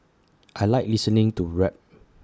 I Like listening to rap